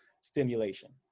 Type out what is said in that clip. stimulation